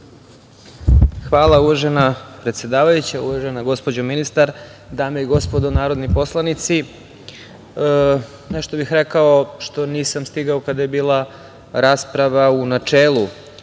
Hvala, uvažena predsedavajuća. Uvažena gospođo ministara, dame i gospodo narodni poslanici, nešto bih rekao što nisam stigao kada je bila rasprava u načelu